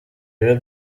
rero